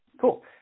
cool